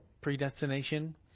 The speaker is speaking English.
predestination